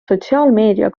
sotsiaalmeedia